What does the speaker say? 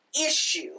issue